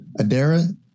Adara